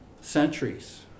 centuries